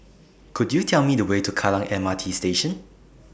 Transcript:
Could YOU Tell Me The Way to Kallang M R T Station